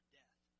death